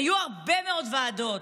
היו הרבה מאוד ועדות,